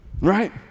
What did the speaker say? right